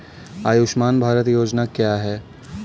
आयुष्मान भारत योजना क्या है?